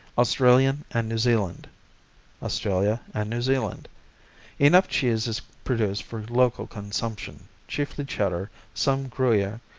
australian and new zealand australia and new zealand enough cheese is produced for local consumption, chiefly cheddar some gruyere,